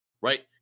right